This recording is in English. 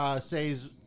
says